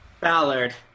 Ballard